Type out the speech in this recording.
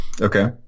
Okay